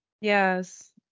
Yes